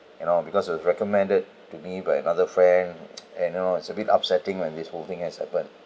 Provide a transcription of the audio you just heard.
you know because it was recommended to me by another friend and you know it's a bit upsetting when this whole thing has happened